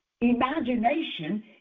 imagination